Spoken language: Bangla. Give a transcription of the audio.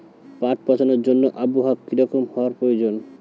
পাট পচানোর জন্য আবহাওয়া কী রকম হওয়ার প্রয়োজন?